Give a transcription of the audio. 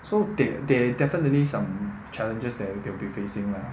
so the~ there definitely some challenges that they will be facing lah